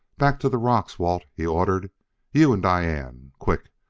back to the rocks, walt, he ordered you and diane! quick!